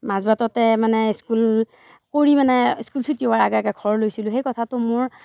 মাজবাটতে মানে স্কুল কৰি মানে স্কুল ছুটী হোৱাৰ আগে আগে ঘৰ গৈছিলো সেই কথাটো মোৰ